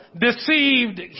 deceived